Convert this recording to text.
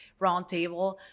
roundtable